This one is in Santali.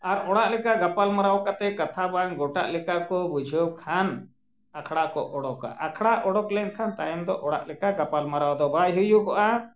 ᱟᱨ ᱚᱲᱟᱜ ᱞᱮᱠᱟ ᱜᱟᱯᱟᱞᱢᱟᱨᱟᱣ ᱠᱟᱛᱮᱫ ᱠᱟᱛᱷᱟ ᱵᱟᱝ ᱜᱚᱴᱟ ᱞᱮᱠᱟ ᱠᱚ ᱵᱩᱡᱷᱟᱹᱣ ᱠᱷᱟᱱ ᱟᱠᱷᱲᱟ ᱠᱚ ᱚᱰᱚᱠᱟ ᱟᱠᱷᱲᱟ ᱚᱰᱚᱠ ᱞᱮᱱᱠᱷᱟᱱ ᱛᱟᱭᱚᱢ ᱫᱚ ᱚᱲᱟᱜ ᱞᱮᱠᱟ ᱜᱟᱯᱟᱞᱢᱟᱨᱟᱣ ᱫᱚ ᱵᱟᱭ ᱦᱩᱭᱩᱜᱚᱜᱼᱟ